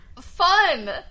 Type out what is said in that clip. Fun